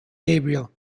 gabriel